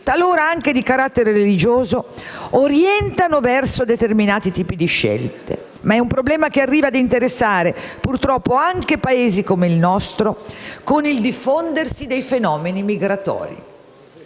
(talora anche di carattere religioso) orientano verso determinati tipi di scelte, ma è un problema che purtroppo arriva ad interessare anche Paesi come il nostro con il diffondersi dei fenomeni migratori.